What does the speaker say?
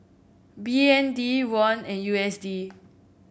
B N D Won and U S D